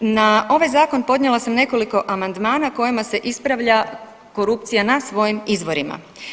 Na ovaj Zakon podnijela sam nekoliko amandmana kojima se ispravlja korupcija na svojim izvorima.